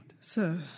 Sir